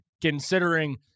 considering